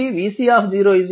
ఆపై vC 90 1 6 ఉంటుంది